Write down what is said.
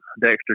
Dexter